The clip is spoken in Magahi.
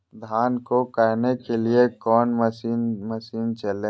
धन को कायने के लिए कौन मसीन मशीन चले?